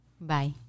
Bye